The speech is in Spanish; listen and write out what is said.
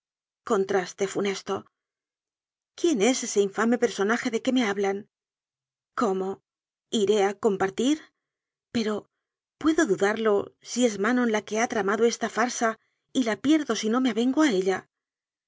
contraste funesto quién es ese infa me personaje de que me hablan cómo iré a compartir pero puedo dudarlo si es manon la que ha tramado esta farsa y la pierdo si no me avengo a ella